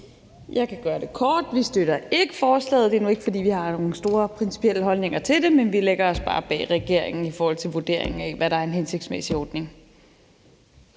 Jeg kan gøre det kort: Vi støtter ikke forslaget. Og det er nu ikke, fordi vi har nogle store principielle holdninger til det, men vi lægger os bare bag regeringen i forhold til vurderingen af, hvad der er en hensigtsmæssig ordning.